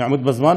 אני עומד בזמן?